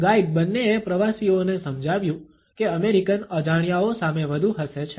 guide બંનેએ પ્રવાસીઓને સમજાવ્યું કે અમેરિકન અજાણ્યાઓ સામે વધુ હસે છે